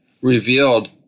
revealed